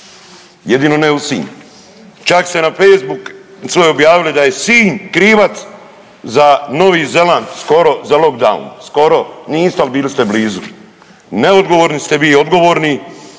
jedino ne u Sinj. Čak se na Facebook su objavili da je Sinj krivac za Novi Zeland skoro za lockdown, skoro niste ali bili ste blizu. Neodgovorni ste vi odgovorni